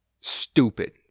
stupid